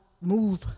move